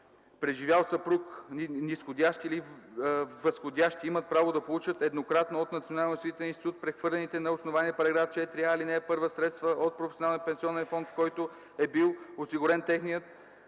преживял съпруг, низходящи или възходящи, имат право да получат еднократно от Националния осигурителен институт прехвърлените на основание § 4а, ал. 1 средства от професионалния пенсионен фонд, в който е бил осигурен техният